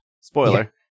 Spoiler